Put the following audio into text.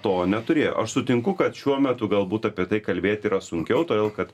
to neturėjo aš sutinku kad šiuo metu galbūt apie tai kalbėt yra sunkiau todėl kad